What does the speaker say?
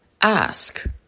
ask